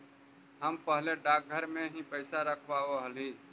हम पहले डाकघर में ही पैसा रखवाव हली